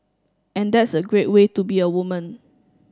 and that's a great way to be a woman